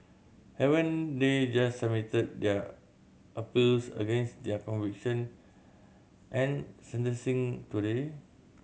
haven't they just submitted their appeals against their conviction and sentencing today